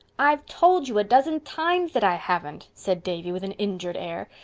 i've told you a dozen times that i haven't, said davy, with an injured air.